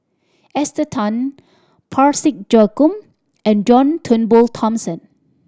Esther Tan Parsick Joaquim and John Turnbull Thomson